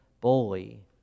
bully